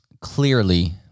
clearly